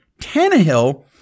Tannehill